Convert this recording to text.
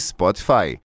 Spotify